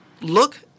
look